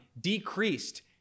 decreased